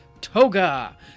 Toga